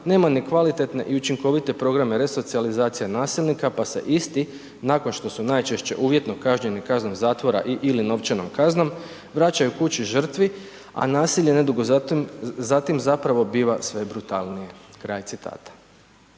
nema ni kvalitetne i učinkovite programe resocijalizacije nasilnika pa se isti nakon što su najčešće uvjetno kažnjeni kaznom zakon ali novčanom kaznom vraćaju kući žrtvi a nasilje nedugo zatim zapravo biva sve brutalnije.“. Kraj citata.